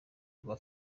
rwa